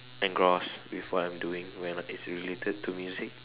engrossed with what I'm doing when it's related to music